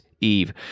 Eve